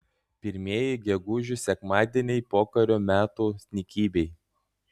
pirmieji gegužių sekmadieniai pokario metų nykybėj